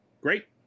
great